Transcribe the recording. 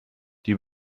die